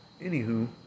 anywho